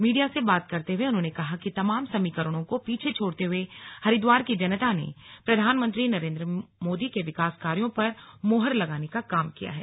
media से बात करते हुए उन्होंने कहा कि तमाम समीकरणों को पीछे छोड़ते हुए हरिद्वार की जनता ने प्रधानमंत्री नरेंद्र मोदी के विकास कार्यों पर मोहर लगाने काम किया है